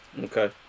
Okay